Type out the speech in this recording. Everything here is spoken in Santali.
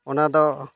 ᱚᱱᱟ ᱫᱚ